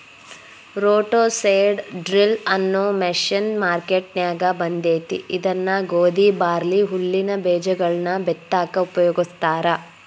roto seed drill ಅನ್ನೋ machine ಮಾರ್ಕೆನ್ಯಾಗ ಬಂದೇತಿ ಇದನ್ನ ಗೋಧಿ, ಬಾರ್ಲಿ, ಹುಲ್ಲಿನ ಬೇಜಗಳನ್ನ ಬಿತ್ತಾಕ ಉಪಯೋಗಸ್ತಾರ